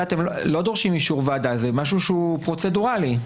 זה משהו שהוא פרוצדורלי?